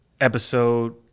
episode